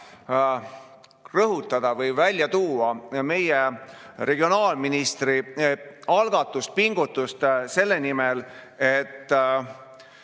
rõhutada või välja tuua meie regionaalministri algatust ja pingutusi selle nimel, et